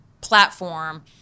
platform